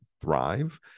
thrive